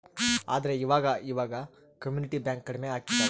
ಆದ್ರೆ ಈವಾಗ ಇವಾಗ ಕಮ್ಯುನಿಟಿ ಬ್ಯಾಂಕ್ ಕಡ್ಮೆ ಆಗ್ತಿದವ